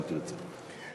אם תרצה.